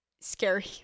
scary